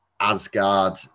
Asgard